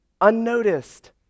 unnoticed